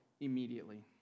immediately